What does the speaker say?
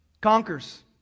conquers